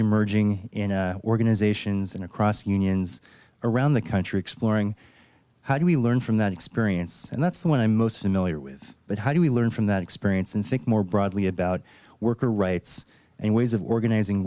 emerging in organizations and across unions around the country exploring how do we learn from that experience and that's the one i'm most familiar with but how do we learn from that experience and think more broadly about worker rights and ways of organizing